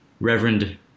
Reverend